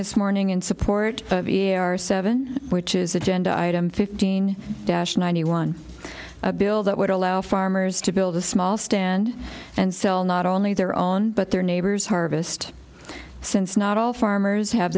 this morning in support our seven which is agenda item fifteen dash ninety one a bill that would allow farmers to build a small stand and sell not only their own but their neighbors harvest since not all farmers have